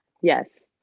Yes